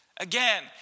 Again